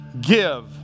give